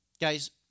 Guys